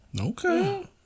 Okay